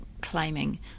claiming